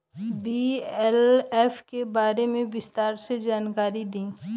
BLF के बारे में विस्तार से जानकारी दी?